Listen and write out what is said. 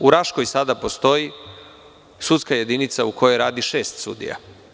U Raškoj sada postoji sudska jedinica u kojoj radi šest sudija.